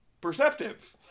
Perceptive